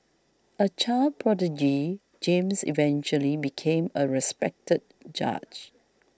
a child prodigy James eventually became a respected judge